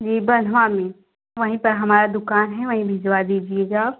जी बन्हवा में वहीं पर हमारा दुकान है वहीं भिजवा दीजिएगा आप